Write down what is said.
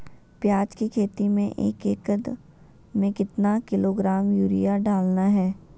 प्याज की खेती में एक एकद में कितना किलोग्राम यूरिया डालना है?